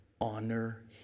honor